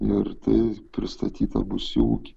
ir tai pristatyta bus į ūkį